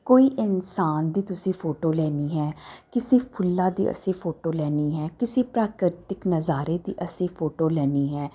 ਕੋਈ ਇਨਸਾਨ ਦੀ ਤੁਸੀਂ ਫੋਟੋ ਲੈਣੀ ਹੈ ਕਿਸੇ ਫੁੱਲਾਂ ਦੀ ਅਸੀਂ ਫੋਟੋ ਲੈਣੀ ਹੈ ਕਿਸੇ ਪ੍ਰਾਕਿਰਤਿਕ ਨਜ਼ਾਰੇ ਦੀ ਅਸੀਂ ਫੋਟੋ ਲੈਣੀ ਹੈ